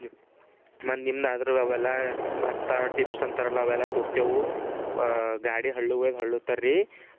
ನಿಮ್ಮ ಮತ್ತೆ ನಿಮ್ಮನ್ನ ಅದರ ಅವೆಲ್ಲ ಭತ್ತ ಟಿಪ್ಸ್ ಅಂತಾರಲ್ಲ ಅವೆಲ್ಲ ಕೊಡ್ತೇವೆ ಗಾಡಿ ಹಳ್ಳುವೆ ಹಳ್ಳುತ್ತರ್ರೀ